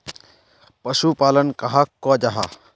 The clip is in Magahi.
पशुपालन कहाक को जाहा?